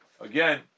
again